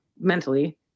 mentally